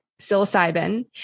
psilocybin